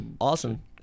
Awesome